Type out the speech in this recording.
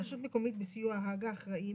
רשות מקומית בסיוע הג"א אחראים,